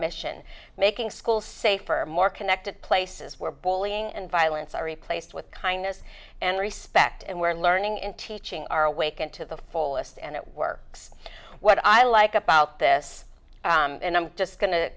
mission making schools safer or more connected places where bullying and violence are replaced with kindness and respect and where learning and teaching are awakened to the fullest and it works what i like about this and i'm just go